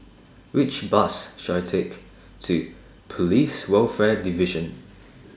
Which Bus should I Take to Police Welfare Division